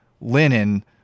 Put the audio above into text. linen